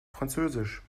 französisch